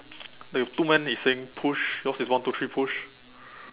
the two man is saying push yours is one two three push